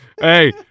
Hey